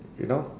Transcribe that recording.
you know